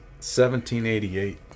1788